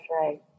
right